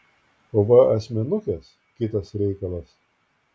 o va asmenukės kitas reikalas